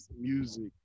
music